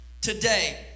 Today